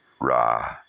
Ra